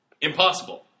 Impossible